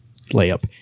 layup